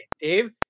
Dave